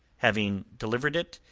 having delivered it,